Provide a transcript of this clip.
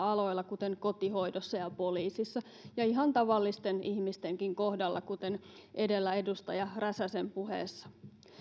aloilla kuten kotihoidossa ja poliisissa ja ihan tavallisten ihmistenkin kohdalla kuten edellä edustaja räsäsen puheessa